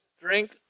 drink